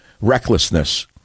recklessness